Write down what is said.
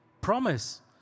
promise